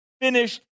finished